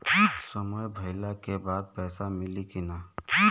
समय भइला के बाद पैसा मिली कि ना?